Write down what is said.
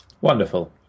Wonderful